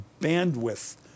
bandwidth